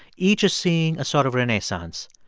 each is seeing a sort of renaissance.